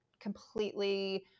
completely